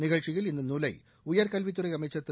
நிகழ்ச்சியில் இந்த நூலை உயர்கல்வித்துறை அமைச்சர் திரு